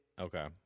Okay